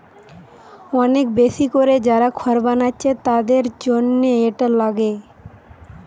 অনেক বেশি কোরে যারা খড় বানাচ্ছে তাদের জন্যে এটা লাগে